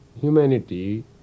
humanity